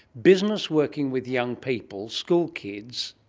business working with young people, schoolkids,